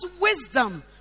wisdom